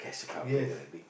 yes